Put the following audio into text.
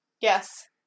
Yes